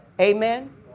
Amen